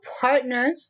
partner